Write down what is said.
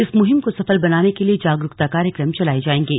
इस मुहिम को सफल बनाने के लिए जागरूकता कार्यक्रम चलाये जाएंगे